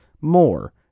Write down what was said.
more